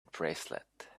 bracelet